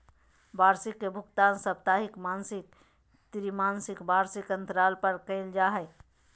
वार्षिकी के भुगतान साप्ताहिक, मासिक, त्रिमासिक, वार्षिक अन्तराल पर कइल जा हइ